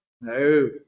No